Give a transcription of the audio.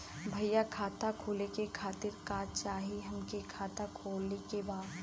भईया खाता खोले खातिर का चाही हमके खाता खोले के बा?